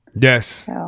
yes